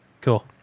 cool